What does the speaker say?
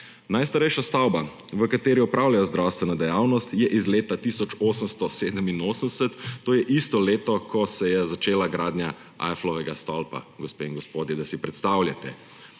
Najstarejša stavba, v kateri opravljajo zdravstveno dejavnost, je iz leta 1887, to je isto leto, ko se je začela gradnja Eifflovega stolpa – gospe in gospodje, da si predstavljate.